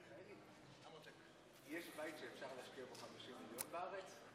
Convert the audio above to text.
מלכיאלי, יש בית שאפשר להשקיע בו 50 מיליון בארץ?